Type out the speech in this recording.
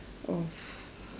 of